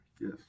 yes